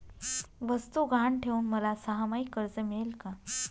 वस्तू गहाण ठेवून मला सहामाही कर्ज मिळेल का?